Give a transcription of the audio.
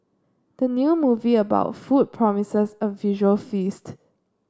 the new movie about food promises a visual feast